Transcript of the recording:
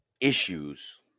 issues